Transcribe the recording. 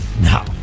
No